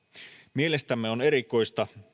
mielestämme on erikoista